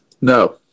No